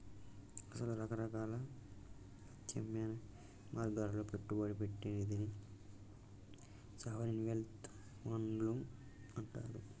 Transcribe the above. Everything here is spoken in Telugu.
అసలు రకరకాల ప్రత్యామ్నాయ మార్గాల్లో పెట్టుబడి పెట్టే నిధిని సావరిన్ వెల్డ్ ఫండ్లు అంటారు